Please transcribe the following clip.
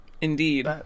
Indeed